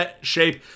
shape